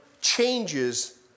changes